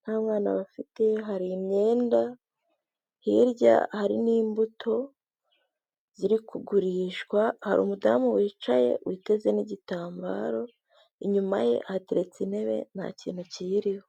nta mwana bafite, hari imyenda, hirya hari n'imbuto ziri kugurishwa, hari umudamu wicaye witeze n'igitambaro, inyuma ye hateretse intebe nta kintu kiyiriho.